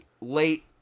late